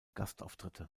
gastauftritte